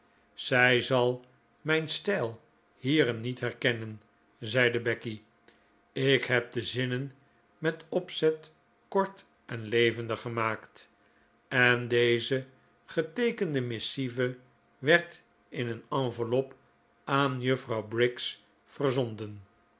zij zal mijn stijl hierin niet herkennen zeide becky ik heb de zinnen met opzet kort en levendig gemaakt en deze geteekende missieve werd in een enveloppe aan juffrouw briggs verzonden